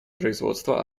производство